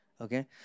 Okay